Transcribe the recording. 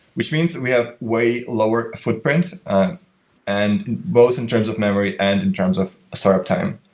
which means we have way lower footprint and both in terms of memory and in terms of startup time.